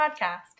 podcast